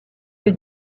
lieu